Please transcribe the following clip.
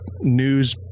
news